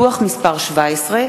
דוח מס' 17,